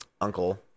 uncle